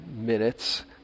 minutes